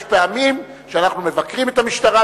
יש פעמים שאנחנו מבקרים את המשטרה,